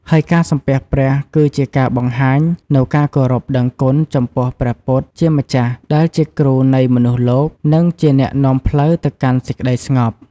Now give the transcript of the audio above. ហើយការសំពះព្រះ គឺជាការបង្ហាញនូវការគោរពដឹងគុណចំពោះព្រះពុទ្ធជាម្ចាស់ ដែលជាគ្រូនៃមនុស្សលោក និងជាអ្នកនាំផ្លូវទៅកាន់សេចក្ដីស្ងប់។